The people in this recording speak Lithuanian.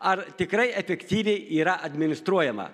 ar tikrai efektyviai yra administruojama